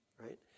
right